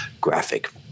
graphic